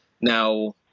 Now